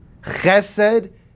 Chesed